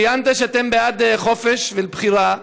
ציינת שאתם בעד חופש בחירה.